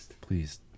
Please